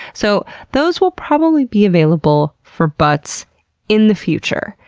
so, those will probably be available for butts in the future.